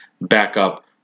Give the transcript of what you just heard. backup